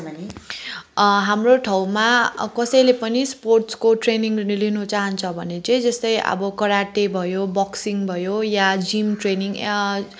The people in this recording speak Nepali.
हाम्रो ठाउँमा कसैले पनि स्पोर्टसको ट्रेनिङ लिन चाहन्छ भने चाहिँ जस्तै अब कराँटे भयो बक्सिङ भयो या जिम ट्रेनिङ